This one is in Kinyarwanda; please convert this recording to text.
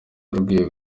urwego